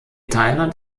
thailand